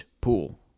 pool